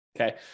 okay